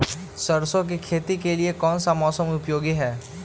सरसो की खेती के लिए कौन सा मौसम उपयोगी है?